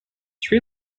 sri